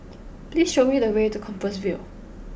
please show me the way to Compassvale